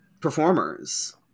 performers